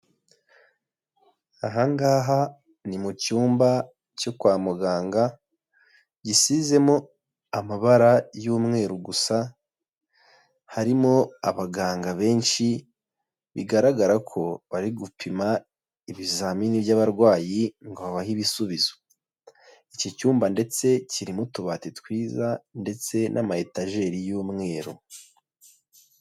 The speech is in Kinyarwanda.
Aha ngaha ni mu cyumba cyo kwa muganga gisizemo amabara y'umweru gusa, harimo abaganga benshi bigaragara ko bari gupima ibizamini by'abarwayi ngo babahe ibisubizo, iki cyumba ndetse kiririmo utubati twiza ndetse n'amayetajeri y'umweru.